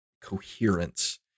coherence